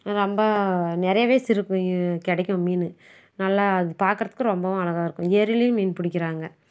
ரொம்ப நிறையவே சிறப்பு இங்கே கிடைக்கும் மீனு நல்லா அது பார்க்கறத்துக்கும் ரொம்பவும் அழகா இருக்கும் ஏரிலேயும் மீன் பிடிக்குறாங்க